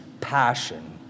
passion